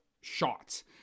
shots